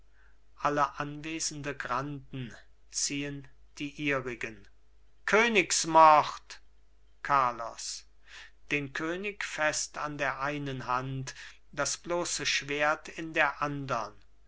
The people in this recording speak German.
alle anwesenden granden ziehen die ihrigen königsmord carlos den könig fest an der einen hand das bloße schwert in der andern